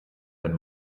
wenn